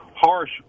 harsh